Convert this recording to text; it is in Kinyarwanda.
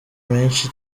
menshi